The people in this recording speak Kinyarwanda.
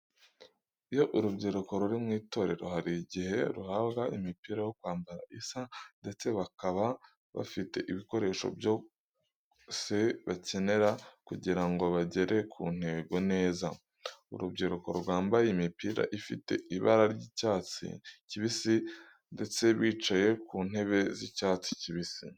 Iyo urubyiruko ruri mu itorero hari igihe ruhabwa imipira yo kwambara isa ndetse bakaba bafite ibikoresho byose bakenera kugirango bagere ku ntego neza. Urubyiruko rwambaye imipira ifite ibara ry'icyatsi kibisi ndetse bicaye ku ntebe z'icyatsi kibisi.